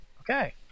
Okay